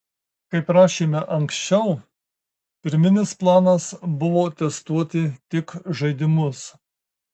kaip rašėme anksčiau pirminis planas buvo testuoti tik žaidimus